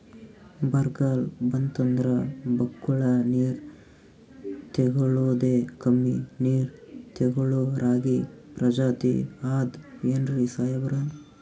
ಬರ್ಗಾಲ್ ಬಂತಂದ್ರ ಬಕ್ಕುಳ ನೀರ್ ತೆಗಳೋದೆ, ಕಮ್ಮಿ ನೀರ್ ತೆಗಳೋ ರಾಗಿ ಪ್ರಜಾತಿ ಆದ್ ಏನ್ರಿ ಸಾಹೇಬ್ರ?